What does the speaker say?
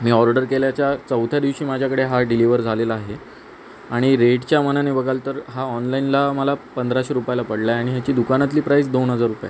मी order केल्याच्या चौथ्या दिवशी माझ्याकडे हा डिलिवर झालेला आहे आणि रेटच्या मानाने बघाल तर हा ऑनलाईनला मला पंधराशे रुपयाला पडला आहे आणि ह्याची दुकानातली प्राईज दोन हजार रुपये